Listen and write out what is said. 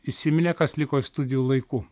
įsiminė kas liko iš studijų laiku